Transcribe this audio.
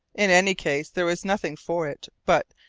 in any case there was nothing for it but,